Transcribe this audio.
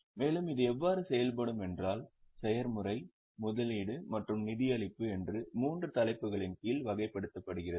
மேலும் இது எவ்வாறு செயல்படும் என்றால் செயற்முறை முதலீடு மற்றும் நிதியளிப்பு என்று மூன்று தலைப்புகளின் கீழ் வகைப்படுத்துகிறது